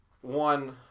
one